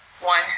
one